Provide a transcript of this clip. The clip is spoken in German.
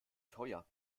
teuer